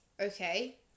okay